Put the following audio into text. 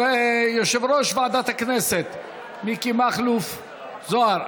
יושב-ראש ועדת הכנסת מיקי מכלוף זוהר.